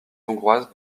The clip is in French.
hongroises